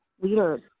leaders